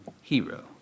hero